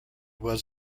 was